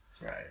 Right